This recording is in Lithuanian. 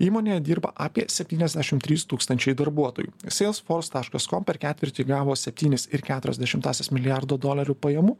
įmonėje dirba apie septyniasdešim trys tūkstančiai darbuotojų sielsfors taškas kom per ketvirtį gavo septynis ir keturias dešimtąsias milijardo dolerių pajamų